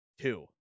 two